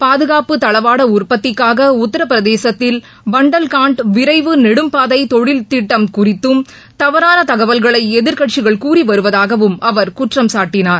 பாதுகாப்பு தளவாடஉற்பத்திக்காகஉத்திரபிரதேசத்தில் பன்டல் காண்ட் விரைவு நெடும்பாதைதொழில் திட்டம் குறித்தும் தவறானதகவல்களைஎதிர்கட்சிகள் கூறிவருவதாகவும் அவர் குற்றம் சாட்டினார்